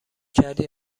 کردی